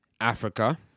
africa